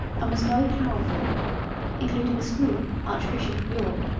and was very powerful including scroop, archbishop of york,